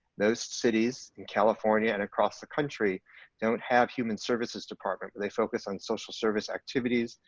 no cities in california and across the country don't have human services department, but they focus on social service activities,